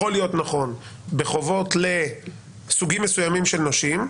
הזה יכול להיות נכון בחובות לסוגים מסוימים של נושים,